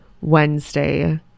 Wednesday